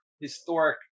historic